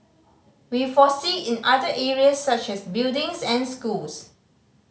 we foresee in other areas such as buildings and schools